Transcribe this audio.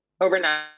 overnight